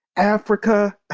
africa,